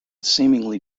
seemingly